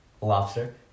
lobster